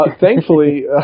thankfully